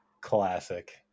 classic